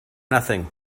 nothing